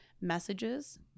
messages